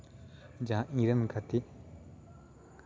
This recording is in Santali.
ᱡᱟᱦᱟᱸᱭ ᱤᱧ ᱨᱮᱱ ᱜᱟᱛᱮ